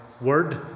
word